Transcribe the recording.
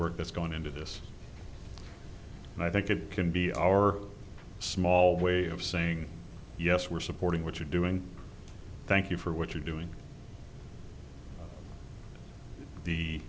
work that's gone into this and i think it can be our small way of saying yes we're supporting what you're doing thank you for what you're doing the